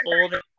older